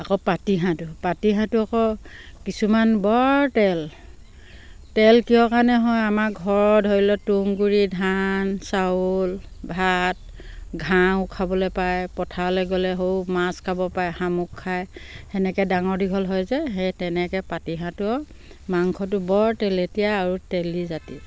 আকৌ পাতিহাঁহটো পাতিহাঁহটো আকৌ কিছুমান বৰ তেল তেল কিহৰ কাৰণে হয় আমাৰ ঘৰৰ ধৰি লওক তুঁহ গুৰি ধান চাউল ভাত ঘাঁও খাবলৈ পায় পথাৰলৈ গ'লে সৌ মাছ খাব পাৰে শামুক খায় সেনেকৈ ডাঙৰ দীঘল হয় যে সেই তেনেকৈ পাতিহাঁহটোৰ মাংসটো বৰ তেলেতীয়া আৰু তেলি জাতি